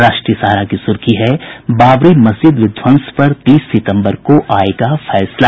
राष्ट्रीय सहारा की सुर्खी है बाबरी मस्जिद विध्वंस पर तीस सितंबर को आयेगा फैसला